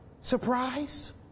Surprise